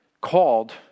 called